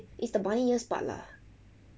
it's the bunny ears part lah